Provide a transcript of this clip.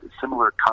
similar